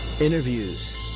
Interviews